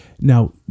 now